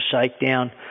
shakedown